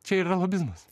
čia yra lobizmas